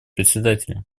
председателя